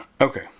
Okay